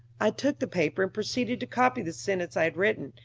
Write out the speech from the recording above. i took the paper and proceeded to copy the sentence i had written,